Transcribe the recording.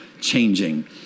changing